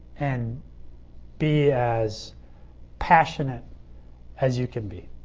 and be as passionate as you can be.